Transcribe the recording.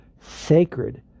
sacred